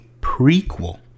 prequel